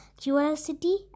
Curiosity